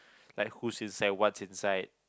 like who's inside what's inside